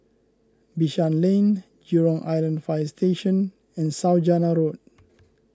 Bishan Lane Jurong Island Fire Station and Saujana Road